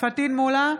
פטין מולא,